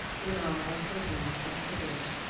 gunnar and hogni and sigurd.